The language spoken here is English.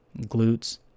glutes